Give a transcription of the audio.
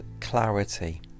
Clarity